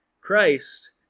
Christ